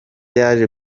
yaje